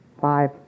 Five